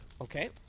Okay